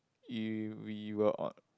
you we were on